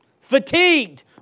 fatigued